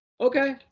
Okay